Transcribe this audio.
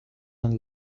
one